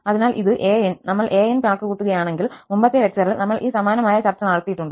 അതിനാൽ ഇത് an നമ്മൾ an കണക്കുകൂട്ടുകയാണെങ്കിൽ മുമ്പത്തെ ലെക്ചറിൽ നമ്മൾ സമാനമായ ചർച്ച നടത്തിയിട്ടുണ്ട്